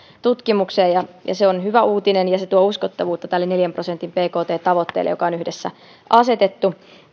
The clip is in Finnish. tutkimukseen se on hyvä uutinen ja se tuo uskottavuutta tälle neljän prosentin bkt tavoitteelle joka on yhdessä asetettu